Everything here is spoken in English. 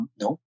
No